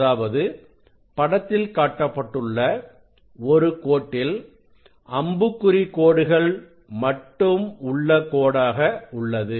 அதாவது படத்தில் காட்டப்பட்டுள்ள ஒரு கோட்டில் அம்புக்குறி கோடுகள் மட்டும் உள்ள கோடாக உள்ளது